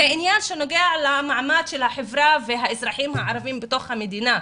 זה עניין שנוגע למעמד של החברה והאזרחים הערבים בתוך המדינה.